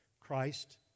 Christ